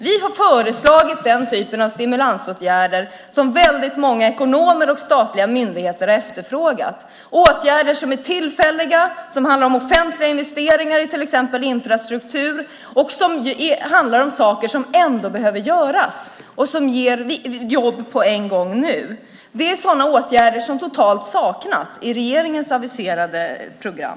Vi har föreslagit den typ av stimulansåtgärder som väldigt många ekonomer och statliga myndigheter har efterfrågat, åtgärder som är tillfälliga, som handlar om offentliga investeringar i till exempel infrastruktur och som handlar om saker som ändå behöver göras och som ger jobb på en gång nu. Det är sådana åtgärder som totalt saknas i regeringens aviserade program.